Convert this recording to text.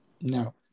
No